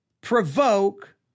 provoke